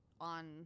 on